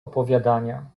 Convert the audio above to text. opowiadania